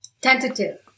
tentative